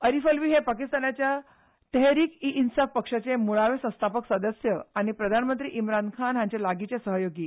अरीफ अल्वी हे पाकिस्तानाच्या तहरीक इ इन्साफ पक्षाचे मूळावे संस्थापक वांगडी आनी प्रधानमंत्री इम्रान खान हांचे लागींचजे सहयोगी